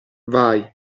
vai